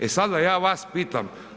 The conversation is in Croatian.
E sad, da ja vas pitam.